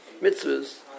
mitzvahs